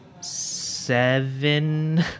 seven